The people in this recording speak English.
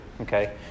Okay